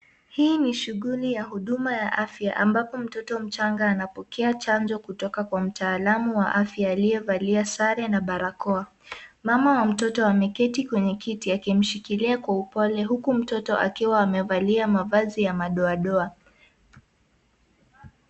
Hii ni shughuli ya huduma ya afya, ambapo mtoto mchanga anapokea chanjo kutoka kwa mtaalamu wa afya, aliyevalia sare, na barakoa. Mama wa mtoto ameketi kwenye kiti, akimshikilia kwa upole, huku mtoto akiwa amevalia mavazi ya madoadoa.